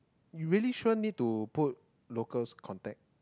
you really sure need to put locals contact